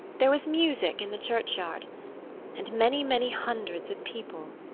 there was music in the churchyard and many, many hundreds of people.